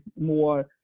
more